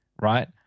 right